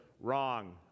Wrong